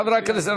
חברי הכנסת,